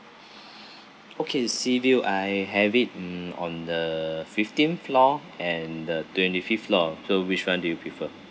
okay sea view I have it mm on the fifteenth floor and the twenty fifth floor so which [one] do you prefer